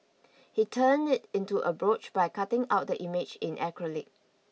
he turned it into a brooch by cutting out the image in acrylic